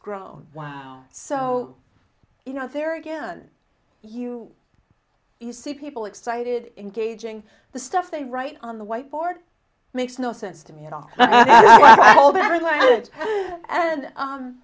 grown so you know there again you you see people excited engaging the stuff they write on the whiteboard makes no sense to me at all and